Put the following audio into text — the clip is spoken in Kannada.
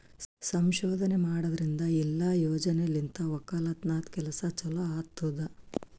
ಸಂಶೋಧನೆ ಮಾಡದ್ರಿಂದ ಇಲ್ಲಾ ಯೋಜನೆಲಿಂತ್ ಒಕ್ಕಲತನದ್ ಕೆಲಸ ಚಲೋ ಆತ್ತುದ್